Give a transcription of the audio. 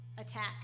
attack